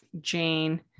jane